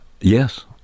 Yes